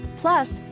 Plus